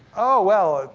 oh, well.